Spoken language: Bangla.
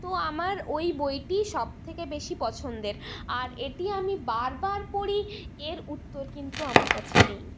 তো আমার ওই বইটি সবথেকে বেশি পছন্দের আর এটি আমি বারবার পড়ি এর উত্তর কিন্তু আমার কাছে নেই